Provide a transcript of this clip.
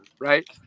right